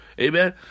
Amen